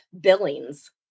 Billings